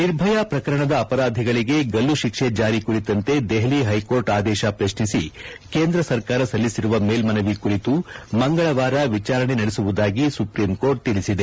ನಿರ್ಭಯಾ ಪ್ರಕರಣದ ಅಪರಾಧಿಗಳಿಗೆ ಗಲ್ಲುತಿಕ್ಷೆ ಜಾರಿ ಕುರಿತಂತೆ ದೆಹಲಿ ಹೈಕೋರ್ಟ್ ಆದೇಶ ಪ್ರಶ್ನಿಸಿ ಕೇಂದ್ರ ಸರ್ಕಾರ ಸಲ್ಲಿಸಿರುವ ಮೇಲ್ಮನವಿ ಕುರಿತು ಮಂಗಳವಾರ ವಿಚಾರಣೆ ನಡೆಸುವುದಾಗಿ ಸುಪ್ರೀಂಕೋರ್ಟ್ ತಿಳಿಸಿದೆ